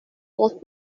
алтын